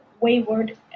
wayward